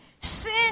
Sin